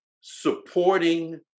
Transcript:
supporting